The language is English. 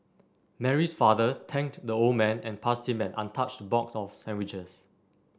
Mary's father thanked the old man and passed him an untouched box of sandwiches